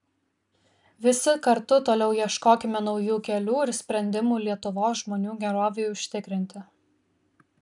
visi kartu toliau ieškokime naujų kelių ir sprendimų lietuvos žmonių gerovei užtikrinti